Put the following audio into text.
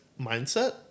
mindset